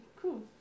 cool